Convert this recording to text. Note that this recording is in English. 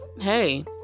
hey